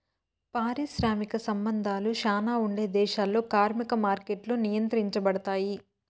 పారిశ్రామిక సంబంధాలు శ్యానా ఉండే దేశాల్లో కార్మిక మార్కెట్లు నియంత్రించబడుతాయి